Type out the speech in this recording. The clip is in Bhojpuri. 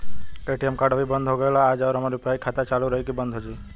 ए.टी.एम कार्ड अभी बंद हो गईल आज और हमार यू.पी.आई खाता चालू रही की बन्द हो जाई?